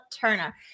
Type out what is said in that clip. Turner